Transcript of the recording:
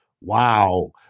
Wow